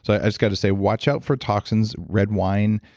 so i just got to say, watch out for toxins, red wine,